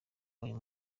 uyu